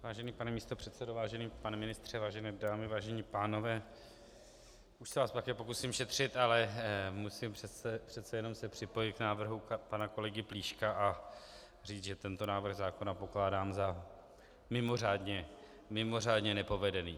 Vážený pane místopředsedo, vážený pane ministře, vážené dámy, vážení pánové, já se vás také pokusím šetřit, ale musím se přece jenom připojit k návrhu pana kolegy Plíška a říci, že tento návrh zákona pokládám za mimořádně nepovedený.